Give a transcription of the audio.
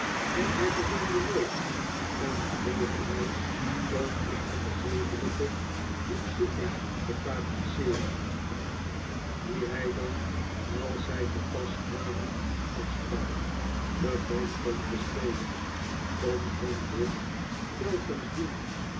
want hij verzuimde nooit een gelegenheid om eenige zedelijke voetzoekers te fabriceeren die hij dan als zij te pas kwamen afstak begon tom te spelen tom kon dit telkens doen